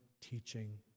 teaching